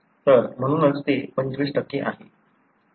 तर म्हणूनच ते 25 आहे